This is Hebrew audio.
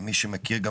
ומי שמכיר,